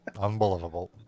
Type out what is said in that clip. Unbelievable